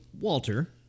Walter